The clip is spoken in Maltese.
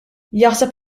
jaħseb